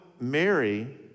Mary